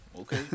okay